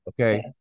okay